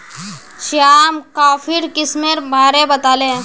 श्याम कॉफीर किस्मेर बारे बताले